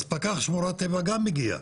אז פקח שמורת טבע גם מגיע.